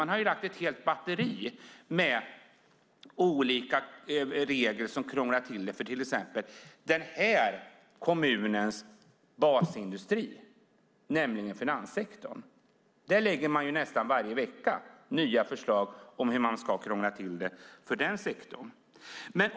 Man har lagt fram ett helt batteri med olika regler som krånglar till det för den här kommunens basindustri, nämligen finanssektorn. Där lägger man nästan varje vecka fram nya förslag som krånglar till det för den sektorn.